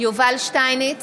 יובל שטייניץ,